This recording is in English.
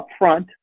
upfront